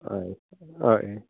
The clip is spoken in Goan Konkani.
हय हय